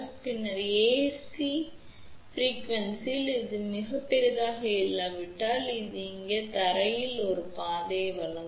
பின்னர் ஏசி அதிர்வெண்ணில் இது மிகப் பெரியதாக இல்லாவிட்டால் இது இங்கே தரையில் ஒரு பாதையை வழங்கும்